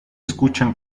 escuchan